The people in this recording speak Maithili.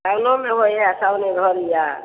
आएलो नहि होयत हए साओनो घरिआ